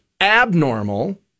abnormal